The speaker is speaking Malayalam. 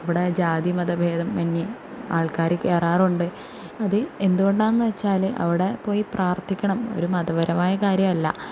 അവിടെ ജാതി മതം ഭേദമന്യെ ആൾക്കാർ കയറാറുണ്ട് അത് എന്തുകൊണ്ടാന്ന് വെച്ചാൽ അവിടെ പോയി പ്രാർത്ഥിക്കണം ഒരു മതപരമായ കാര്യമല്ല